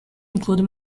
include